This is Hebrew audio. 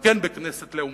בכנסת לעומתית.